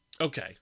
Okay